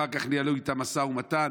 ואחר כך ניהלו איתם משא ומתן.